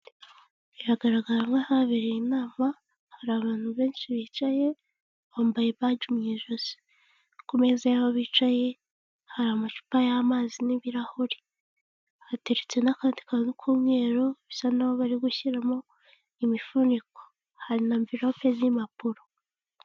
Biragaragara nk'ahabereye inama, hari abantu benshi bicaye bambaye baji mu ijosi ku meza yaho bicaye hari amacupa y'amazi n'ibirahuri, hateretse n'akandi kantu k'umweru bisa naho bari gushyiramo imifuniko, hari na mvirope z'impapuro.